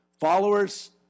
Followers